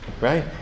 right